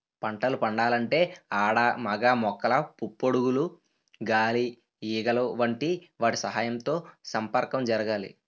పంటలు పండాలంటే ఆడ మగ మొక్కల పుప్పొడులు గాలి ఈగలు వంటి వాటి సహాయంతో సంపర్కం జరగాలి